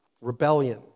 rebellion